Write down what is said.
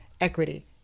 equity